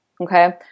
okay